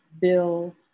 Bill